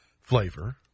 flavor